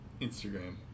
Instagram